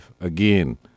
Again